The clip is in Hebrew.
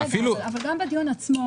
אפילו --- אבל גם בדיון עצמו,